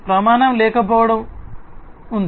ప్రమాణం లేకపోవడం ఉంది